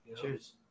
Cheers